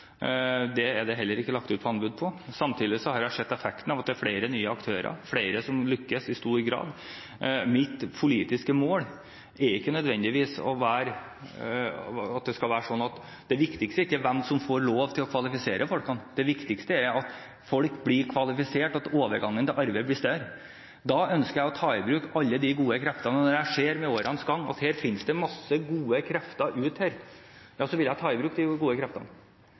Det er det heller ikke lagt ut noe anbud på. Samtidig har jeg sett effekten av at det er flere nye aktører, at det er flere som lykkes i stor grad. Mitt politiske mål, det viktigste for meg, er ikke hvem som får lov til å kvalifisere folkene; det viktigste er at folk blir kvalifisert, at det blir større overgang til arbeidslivet. Når jeg ser – med årenes gang – at det finnes en masse gode krefter der ute, ja, så vil jeg ta i bruk de gode kreftene,